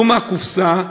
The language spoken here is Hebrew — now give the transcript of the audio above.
צאו מהקופסה.